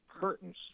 curtains